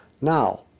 Now